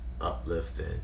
uplifting